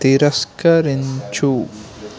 తిరస్కరించు